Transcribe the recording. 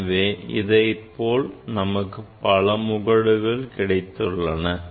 எனவே இதைப் போல் நமக்கு பல முகடுகள் கிடைத்துள்ளன